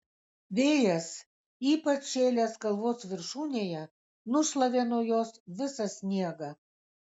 vėjas ypač šėlęs kalvos viršūnėje nušlavė nuo jos visą sniegą